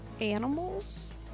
animals